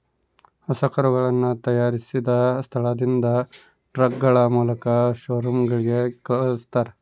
ಹೊಸ ಕರುಗಳನ್ನ ತಯಾರಿಸಿದ ಸ್ಥಳದಿಂದ ಟ್ರಕ್ಗಳ ಮೂಲಕ ಶೋರೂಮ್ ಗಳಿಗೆ ಕಲ್ಸ್ತರ